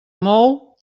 mou